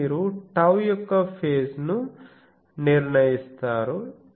అప్పుడు మీరు టౌ యొక్క ఫేజ్ ను నిర్ణయిస్తారు